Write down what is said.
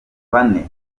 bane